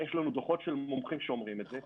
יש לנו דוחות של מומחים שאומרים את זה.